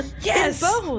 Yes